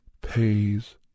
pays